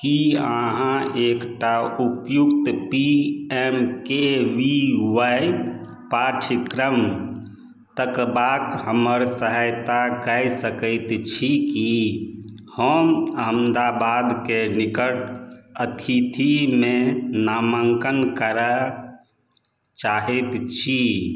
की अहाँ एकटा उपयुक्त P M K V Y पाठ्यक्रम तकबाक हमर सहायता कए सकैत छी की हम अहमदाबादके निकट अतिथिमे नामांकन करय चाहैत छी